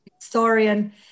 historian